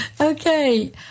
Okay